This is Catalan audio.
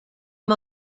amb